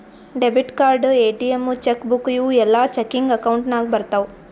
debit card, ATM, cheque book ಇವೂ ಎಲ್ಲಾ checking account ನಾಗ್ ಬರ್ತಾವ್